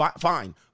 Fine